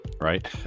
right